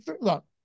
Look